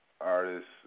artists